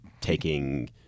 taking